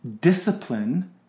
discipline